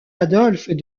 adolphe